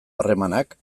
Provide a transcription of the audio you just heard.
harremanak